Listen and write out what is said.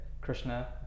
Krishna